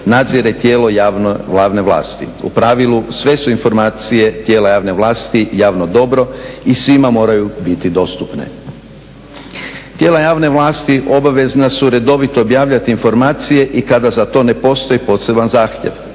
nadzire tijelo javne vlasti. U pravilu sve su informacije tijela javne vlasti javno dobro i svima moraju biti dostupne. Tijela javne vlasti obavezna su redovito objavljivati informacije i kada za to ne postoji poseban zahtjev.